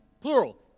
plural